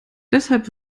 deshalb